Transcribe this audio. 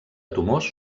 tumors